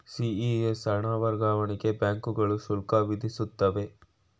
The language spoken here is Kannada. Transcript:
ಸಿ.ಇ.ಎಸ್ ಹಣ ವರ್ಗಾವಣೆಗೆ ಬ್ಯಾಂಕುಗಳು ಶುಲ್ಕ ವಿಧಿಸುತ್ತವೆ